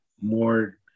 more